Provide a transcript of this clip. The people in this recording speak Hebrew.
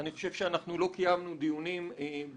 אני חושב שאנחנו לא קיימנו דיונים בסעיפי